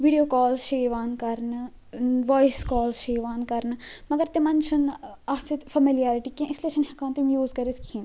video calls چھِ یوان کَرنہٕ وایس کالٕز چھِ یوان کرنہٕ مگر تِمن چھِنہٕ اَتھ سۭتۍ فیمِلیرِٹی کیٚنٛہہ اس لیے چھِنہ ہیٚکان تِم یوٗز کٔرِتھ کِہیٖنۍ